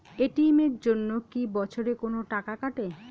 ATM এর জন্যে কি বছরে কোনো টাকা কাটে?